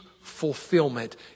fulfillment